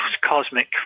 cosmic